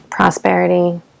Prosperity